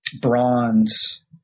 bronze